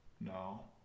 No